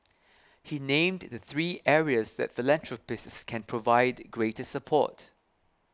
he named the three areas that philanthropists can provide greater support